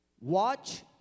Watch